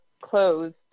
closed